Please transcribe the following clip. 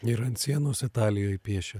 ir ant sienos italijoj piešė